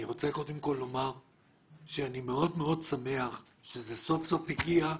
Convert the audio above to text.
אני רוצה לומר שאני מאוד שמח שזה סוף סוף הגיע.